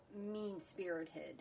mean-spirited